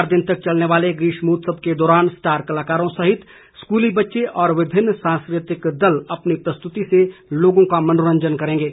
चार दिन तक चलने वाले गीष्मोत्सव के दौरान स्टार कलाकारों सहित स्कूली बच्चे और विभिन्न सांस्कृतिक दल अपनी प्रस्तृति से लोगों का मनोरंजन करेंगे